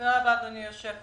תודה רבה, אדוני היושב-ראש.